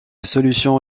solution